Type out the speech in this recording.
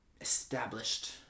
established